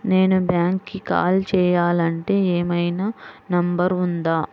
నేను బ్యాంక్కి కాల్ చేయాలంటే ఏమయినా నంబర్ ఉందా?